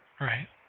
right